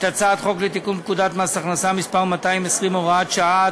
הצעת חוק לתיקון פקודת מס הכנסה (מס' 220 והוראות שעה),